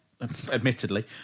admittedly